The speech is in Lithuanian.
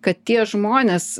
kad tie žmonės